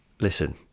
listen